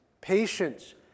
patience